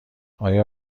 آیا